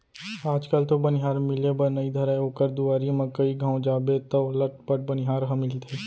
आज कल तो बनिहार मिले बर नइ धरय ओकर दुवारी म कइ घौं जाबे तौ लटपट बनिहार ह मिलथे